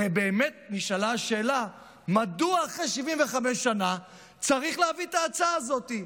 הרי באמת נשאלה השאלה: מדוע אחרי 75 שנה צריך להביא את ההצעה הזאת?